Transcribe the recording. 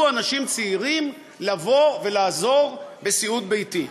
אנשים צעירים לבוא ולעזור בסיעוד ביתי.